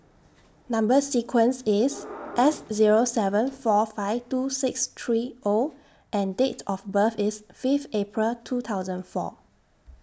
Number sequence IS S Zero seven four five two six three O and Date of birth IS Fifth April two thousand and four